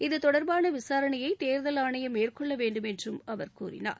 இத்தொடர்பான விசாரணைய தேர்தல் ஆணையம் மேற்கொள்ள வேண்டும் என்றம் அவர் கூறினார்